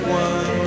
one